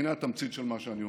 הינה התמצית של מה שאני אומר: